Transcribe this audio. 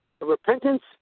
repentance